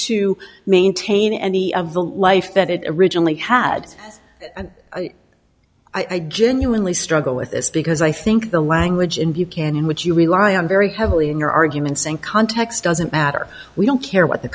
to maintain any of the life that it originally had and i genuinely struggle with this because i think the language in buchanan which you rely on very heavily in your arguments in context doesn't matter we don't care what the